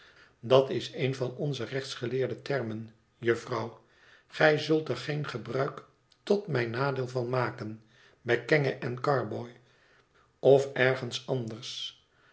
dat is een van onze rechtsgeleerde termen jufvrouw gij zult er geen gebruik tot mijn nadeel van maken bij kenge en carboy of ergens anders